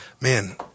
Man